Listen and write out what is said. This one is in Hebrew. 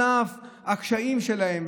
על אף הקשיים שלהם,